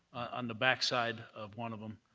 and the backside of one of them.